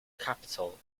capital